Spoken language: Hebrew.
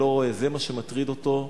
זה מה שמטריד אותו,